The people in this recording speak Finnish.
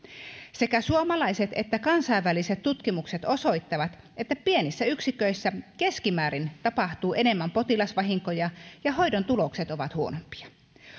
sekä suomalaiset että kansainväliset tutkimukset osoittavat että pienissä yksiköissä keskimäärin tapahtuu enemmän potilasvahinkoja ja hoidon tulokset ovat huonompia